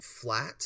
flat